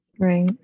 Right